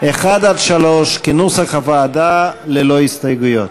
1 3, כנוסח הוועדה, ללא הסתייגויות.